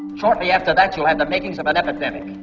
shortly after that, you'll have the makings of an epidemic